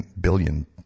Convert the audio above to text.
billion